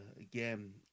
again